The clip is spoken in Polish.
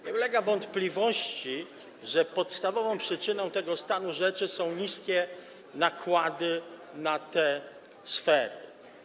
Nie ulega wątpliwości, że podstawową przyczyną tego stanu rzeczy są niskie nakłady na te sfery.